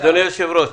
אדוני היושב-ראש,